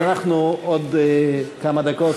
אז אנחנו עוד כמה דקות,